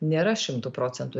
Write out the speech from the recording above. nėra šimtu procentų